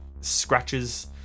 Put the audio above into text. scratches